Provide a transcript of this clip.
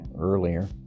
earlier